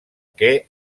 què